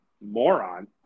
moron